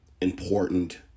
important